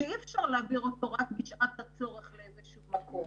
שאי אפשר להעביר אותו רק בשעת הצורך לאיזשהו מקום.